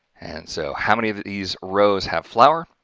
and so how many of these rows have flower?